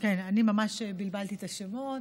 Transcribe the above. כן, אני ממש בלבלתי את השמות.